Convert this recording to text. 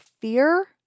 fear